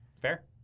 fair